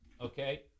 Okay